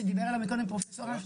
שדיבר עליו קודם פרופ' אש,